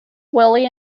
willie